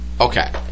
Okay